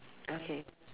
okay